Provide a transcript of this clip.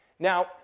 Now